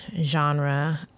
genre